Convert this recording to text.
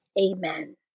Amen